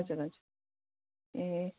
हजुर हजुर ए